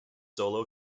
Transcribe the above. solo